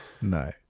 No